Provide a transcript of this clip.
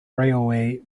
railway